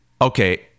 Okay